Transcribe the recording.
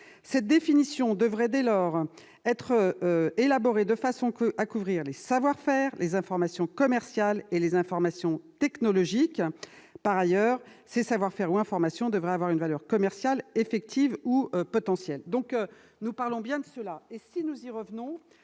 Cette définition devrait dès lors être élaborée de façon à couvrir les savoir-faire, les informations commerciales et les informations technologiques [...]. Par ailleurs, ces savoir-faire ou informations devraient avoir une valeur commerciale, effective ou potentielle. » Nous revenons sur ce point, qui a été